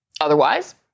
Otherwise